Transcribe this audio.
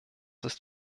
ist